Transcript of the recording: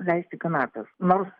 leisti kanapes nors